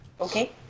Okay